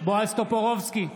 בועז טופורובסקי,